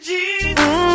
Jesus